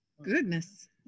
Goodness